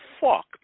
fuck